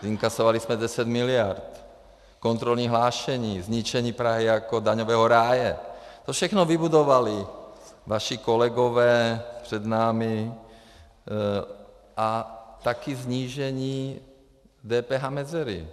Inkasovali jsme 10 miliard, kontrolní hlášení, zničení Prahy jako daňového ráje, to všechno vybudovali vaši kolegové před námi, a také snížení DPH mezery.